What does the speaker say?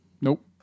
Nope